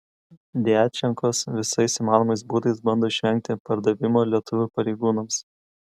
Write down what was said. djačenkos visais įmanomais būdais bando išvengti perdavimo lietuvių pareigūnams